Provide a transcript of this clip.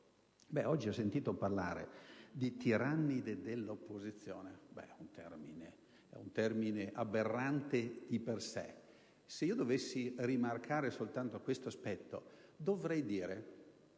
oggi ho sentito parlare di tirannide dell'opposizione, un termine di per sé aberrante. Se dovessi rimarcare soltanto questo aspetto, dovrei dire